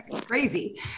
Crazy